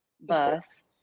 bus